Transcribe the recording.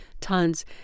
tons